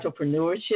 entrepreneurship